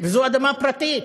וזאת אדמה פרטית,